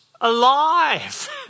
alive